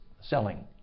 selling